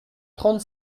trente